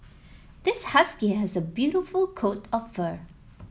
this husky has a beautiful coat of fur